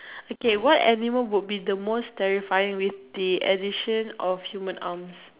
okay what animal would be the most terrifying with the addition of human arms